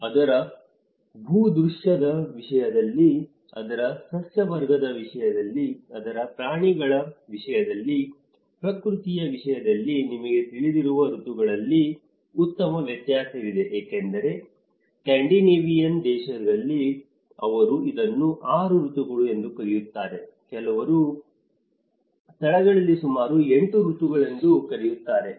ಅದರ ಭೂದೃಶ್ಯದ ವಿಷಯದಲ್ಲಿ ಅದರ ಸಸ್ಯವರ್ಗದ ವಿಷಯದಲ್ಲಿ ಅದರ ಪ್ರಾಣಿಗಳ ವಿಷಯದಲ್ಲಿ ಪ್ರಕೃತಿಯ ವಿಷಯದಲ್ಲಿ ನಿಮಗೆ ತಿಳಿದಿರುವ ಋತುಗಳಲ್ಲಿ ಉತ್ತಮ ವ್ಯತ್ಯಾಸವಿದೆ ಏಕೆಂದರೆ ಸ್ಕ್ಯಾಂಡಿನೇವಿಯನ್ ದೇಶಗಳಲ್ಲಿ ಅವರು ಇದನ್ನು 6 ಋತುಗಳು ಎಂದು ಕರೆಯುತ್ತಾರೆ ಕೆಲವು ಸ್ಥಳಗಳಲ್ಲಿ ಸುಮಾರು 8 ಋತುಗಳೆಂದು ಕರೆಯುತ್ತಾರೆ